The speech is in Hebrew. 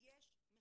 יש מחיר.